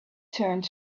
turned